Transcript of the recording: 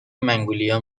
مگنولیا